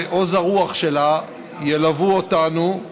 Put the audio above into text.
ועוז הרוח שלה ילוו אותנו.